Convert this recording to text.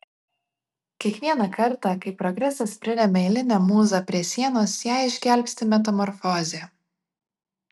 kiekvieną kartą kai progresas priremia eilinę mūzą prie sienos ją išgelbsti metamorfozė